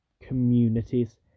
communities